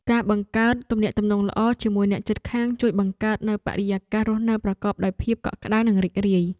ការបង្កើតទំនាក់ទំនងល្អជាមួយអ្នកជិតខាងជួយបង្កើតនូវបរិយាកាសរស់នៅប្រកបដោយភាពកក់ក្តៅនិងរីករាយ។